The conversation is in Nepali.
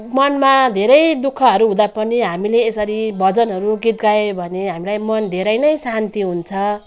मनमा धेरै दुःखहरू हुँदा पनि हामीले यसरी भजनहरू गीत गाए भने हामीलाई मन धेरै नै शान्ति हुन्छ